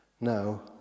No